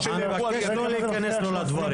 אני מבקש לא להיכנס לו לדברים.